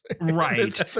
right